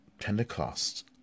Pentecost